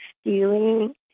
stealing